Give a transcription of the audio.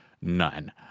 None